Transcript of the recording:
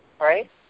Right